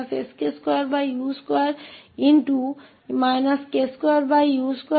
और इसका व्युत्पन्न जो सिर्फ k2s2 है